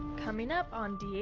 coming up on dhn